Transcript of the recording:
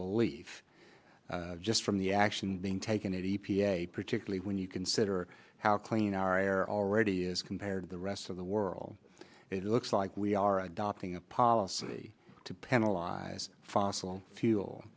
belief just from the action being taken at e p a particularly when you consider how clean our air already is compared the rest of the world it looks like we are adopting a policy to penalize fossil fuel